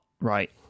right